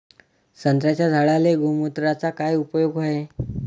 संत्र्याच्या झाडांले गोमूत्राचा काय उपयोग हाये?